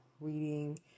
reading